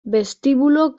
vestíbulo